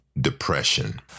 depression